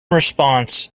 response